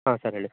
ಹಾಂ ಸರ್ ಹೇಳಿ